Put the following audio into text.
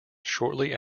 shortly